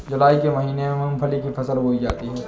जूलाई के महीने में मूंगफली की फसल बोई जाती है